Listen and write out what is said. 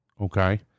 Okay